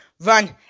Run